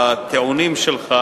והטיעונים שלך,